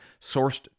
sourced